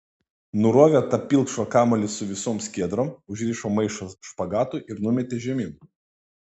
nurovė tą pilkšvą kamuolį su visom skiedrom užrišo maišą špagatu ir numetė žemyn